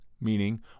meaning